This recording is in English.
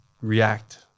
react